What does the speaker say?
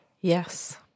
Yes